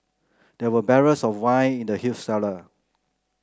there were barrels of wine in the huge cellar